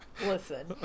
Listen